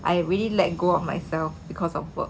I really let go of myself because of work